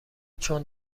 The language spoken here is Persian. چون